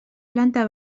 planta